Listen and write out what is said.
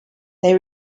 they